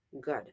good